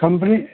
company